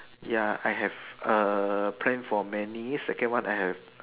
ya I have err plan for many second one I have